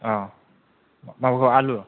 औ मबेखौ आलु